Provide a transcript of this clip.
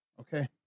okay